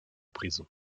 prison